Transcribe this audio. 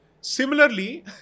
Similarly